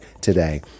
today